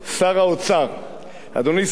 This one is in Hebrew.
אדבר בקצרה,